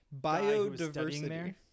biodiversity